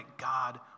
God